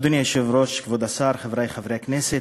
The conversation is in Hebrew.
אדוני היושב-ראש, כבוד השר, חברי חברי הכנסת,